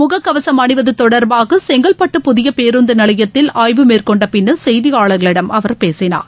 முகக்கவசம் அணிவது தொடர்பாக செய்கல்பட்டு புதிய பேருந்து நிலையத்தில் ஆய்வு மேற்னொண்ட பின்னர் செய்தியாளர்களிடம் அவர் பேசினார்